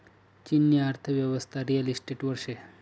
चीननी अर्थयेवस्था रिअल इशटेटवर शे